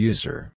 User